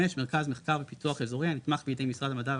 מרכז מחקר ופיתוח אזורי הנתמך בידי משרד המדע,